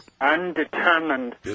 undetermined